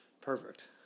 perfect